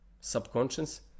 subconscious